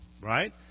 Right